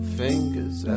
fingers